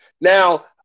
Now